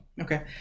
okay